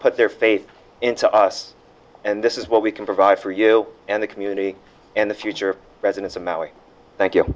put their faith into us and this is what we can provide for you and the community and the future residents amount we thank you